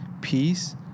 Peace